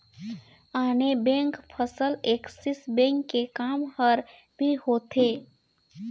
आने बेंक फसल Axis bank के काम हर भी होथे